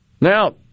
Now